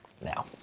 now